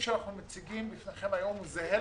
שאנחנו מציגים בפניכם היום הוא זהה,